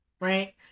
right